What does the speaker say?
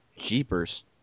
Jeepers